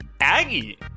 Aggie